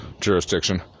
jurisdiction